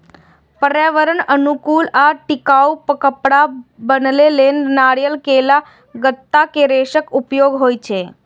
पर्यावरण अनुकूल आ टिकाउ कपड़ा बनबै लेल नारियल, केला, गन्ना के रेशाक उपयोग होइ छै